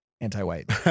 anti-white